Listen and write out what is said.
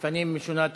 לפנים משורת הדין,